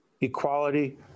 equality